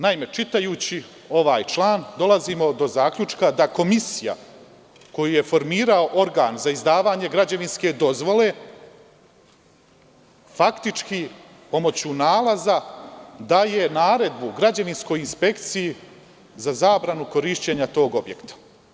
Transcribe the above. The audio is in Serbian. Naime, čitajući ovaj član dolazimo do zaključka da komisija koju je formirao organ za izdavanje građevinske dozvole faktički pomoću nalaza daje naredbu građevinskoj inspekciji za zabranu korišćenja tog objekta.